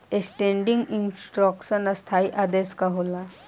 Standing instruction स्थाई आदेश का होला?